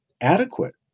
adequate